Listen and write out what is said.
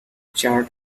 chart